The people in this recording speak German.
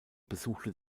besuchte